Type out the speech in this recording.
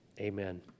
amen